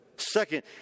Second